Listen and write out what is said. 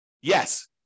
Yes